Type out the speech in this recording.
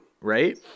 right